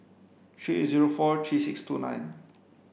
three eight zero four three six two nine